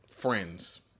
Friends